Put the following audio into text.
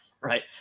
right